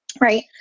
right